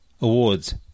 Awards